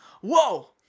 Whoa